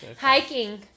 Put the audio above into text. hiking